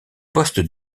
poste